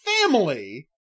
family